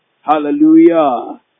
hallelujah